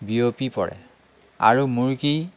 বিয়পি পৰে আৰু মুৰ্গী